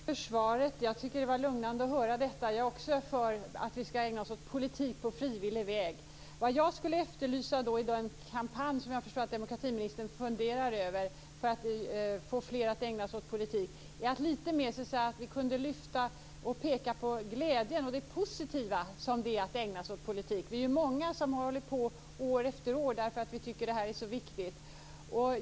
Fru talman! Tack för svaret. Jag tycker att det var lugnande att höra detta. Jag är också för att vi ska ägna oss åt politik på frivillig väg. I kampanjen, som jag förstår att demokratiministern funderar över, för att få fler att ägna sig åt politik efterlyser jag att vi lite mer lyfter fram och pekar på glädjen och det positiva med att ägna sig åt politik. Vi är ju många som har hållit på år efter år med det här därför att vi tycker att det är så viktigt.